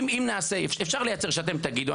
אפשר לייצר שאתם תגידו,